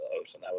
ocean